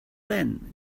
then